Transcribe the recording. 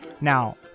now